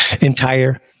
Entire